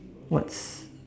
what's